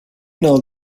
know